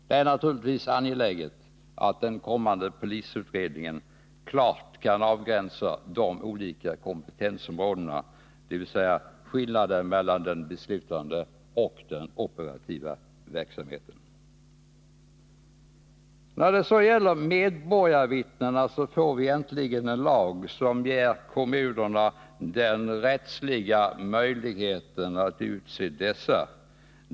Det är naturligtvis angeläget att den kommande polisberedningen klart avgränsar de olika kompetensområdena, dvs. skillnaden mellan den beslutande och den operativa verksamheten. När det så gäller medborgarvittnena får vi äntligen en lag som ger kommunerna den rättsliga möjligheten att utse dessa.